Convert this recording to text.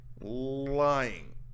lying